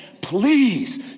please